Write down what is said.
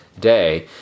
day